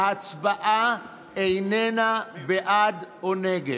ההצבעה איננה בעד או נגד,